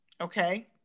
Okay